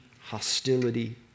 hostility